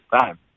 time